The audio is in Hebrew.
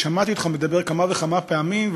ושמעתי אותך מדבר כמה וכמה פעמים,